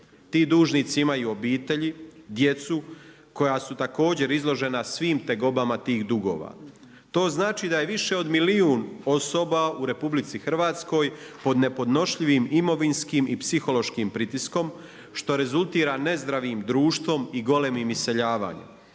Ti dužnici imaju obitelji, djecu koja su također izložena svim tegobama tih dugova. To znači da je više od milijun osoba u RH pod nepodnošljivim imovinskim i psihološkim pritiskom što rezultira nezdravim društvom i golemim iseljavanjem.